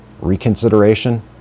reconsideration